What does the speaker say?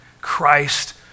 Christ